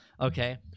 Okay